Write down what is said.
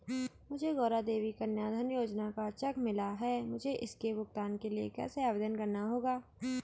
मुझे गौरा देवी कन्या धन योजना का चेक मिला है मुझे इसके भुगतान के लिए कैसे आवेदन करना होगा?